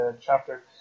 chapter